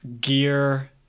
gear